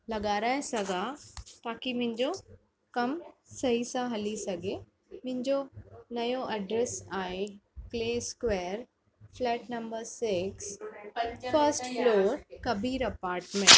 लॻाराए सघां ताकी मंहिंजो कम सही सां हली सघे मुहिंजो नयो ऐड्रेस आहे clay square flat number six first floor Kabir apartments